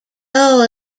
though